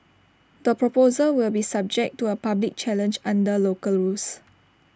the proposal will be subject to A public challenge under local rules